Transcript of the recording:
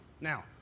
Now